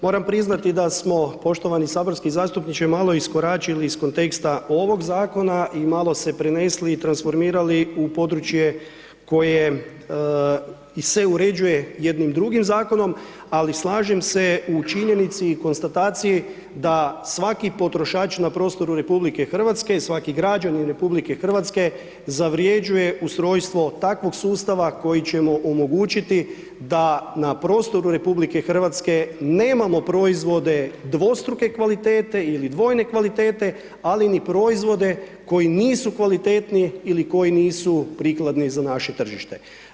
Moram priznati da smo poštovani saborski zastupniče, malo iskoračili iz konteksta ovog zakona i malo se prenesli i transformirali u područje koje se uređuje jednim drugim zakonom ali slažem se u činjenici i konstataciji da svaki potrošač na prostoru RH i svaki građanin RH zavrjeđuje ustrojstvo takvog sustava kojim ćemo omogućiti da na prostoru RH nemamo proizvode dvostruke kvalitete ili dvojne kvalitete ali ni proizvode koji nisu kvalitetni ili koji nisu prikladni za naše tržište.